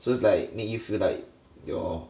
so it's like make you feel like your